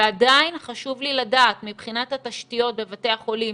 ועדיין חשוב לי לדעת מבחינת התשתיות בבתי החולים,